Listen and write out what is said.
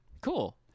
cool